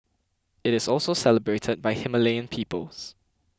it is also celebrated by Himalayan peoples